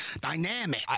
dynamic